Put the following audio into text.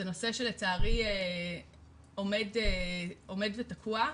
זה נושא שלצערי עומד ותקוע,